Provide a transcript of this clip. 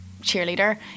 cheerleader